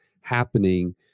happening